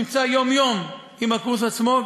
שנמצא יום-יום עם הקורס עצמו,